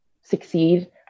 succeed